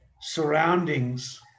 surroundings